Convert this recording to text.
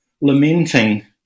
lamenting